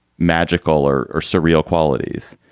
magical or or surreal qualities.